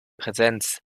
präsenz